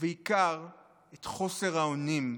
ובעיקר את חוסר האונים.